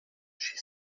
she